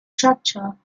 structure